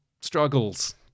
struggles